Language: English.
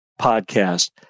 podcast